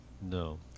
No